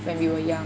when we were young